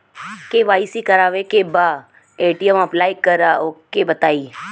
KYC करावे के बा ए.टी.एम अप्लाई करा ओके बताई?